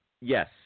Yes